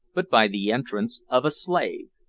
but by the entrance of a slave.